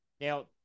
now